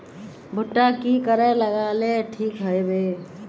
भुट्टा की करे लगा ले ठिक है बय?